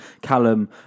Callum